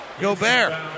Gobert